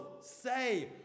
say